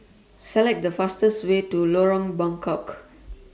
Select The fastest Way to Lorong Buangkok